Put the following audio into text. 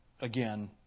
again